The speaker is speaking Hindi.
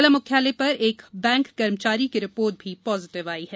जिला मुख्यालय पर एक बैक कर्मचारी की रिपोर्ट पॉजिटिव आई है